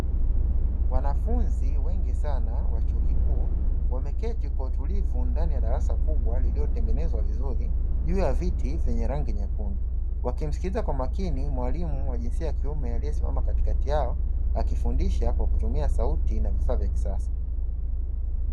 Wanafunzi wengi sana wa chuo kikuu wameketi kwa utulivu ndani ya darasa kubwa lililotengenezwa vizuri juu ya viti vyenye rangi nyekundu, wakimsikiliza kwa makini mwalimu wa jinsia ya kiume aliyesimama katikati yao, akifundisha kwa kutumia sauti na vifaa vya kisasa.